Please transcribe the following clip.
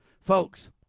Folks